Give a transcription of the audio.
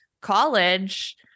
college